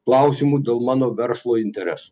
klausimų dėl mano verslo interesų